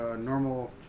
normal